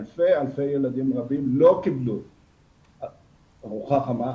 אלפי ילדים רבים לא קיבלו ארוחה חמה.